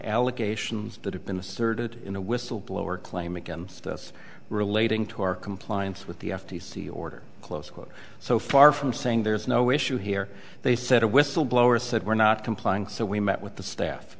allegations that have been asserted in a whistleblower claim against us relating to our compliance with the f t c order close quote so far from saying there's no issue here they said a whistleblower said we're not complying so we met with the staff